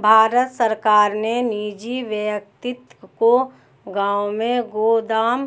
भारत सरकार ने निजी व्यक्ति को गांव में गोदाम